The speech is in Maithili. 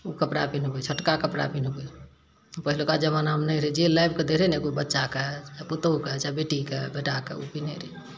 ओ कपड़ा पिन्हबै छोटका कपड़ा पिन्हबै पहिलुका जबानामे नहि रहै जे लाबि कऽ दै रहै ने केओ बच्चा कऽ पुतहुँके चाहे बेटी कऽ बेटा कऽ ओ पिनहै रहै